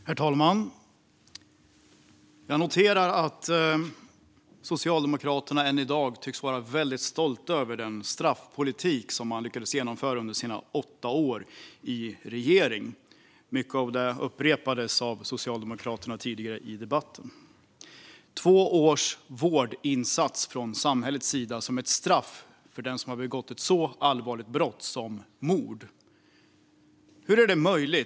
Herr ålderspresident! Jag noterar att Socialdemokraterna än i dag tycks vara väldigt stolta över den straffpolitik som de lyckades genomföra under sina åtta år i regering. Mycket av det här upprepades av Socialdemokraterna tidigare i debatten. Två års vårdinsats från samhällets sida som straff för den som begått ett så allvarligt brott som mord - hur är det möjligt?